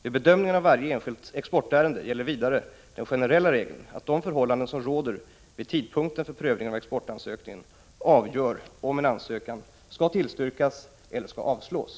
Vid bedömningen av varje enskilt exportärende gäller vidare den generella regeln att de förhållanden som råder vid tidpunkten för prövningen av exportansökningen avgör om en ansökan tillstyrks eller avslås.